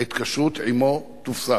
ההתקשרות עמו תופסק.